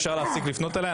אפשר להפסיק לפנות אליי.